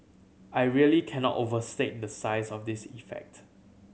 I really cannot overstate the size of this effect